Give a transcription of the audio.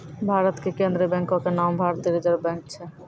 भारत के केन्द्रीय बैंको के नाम भारतीय रिजर्व बैंक छै